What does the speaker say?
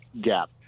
gap